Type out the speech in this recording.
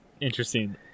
interesting